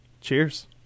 Cheers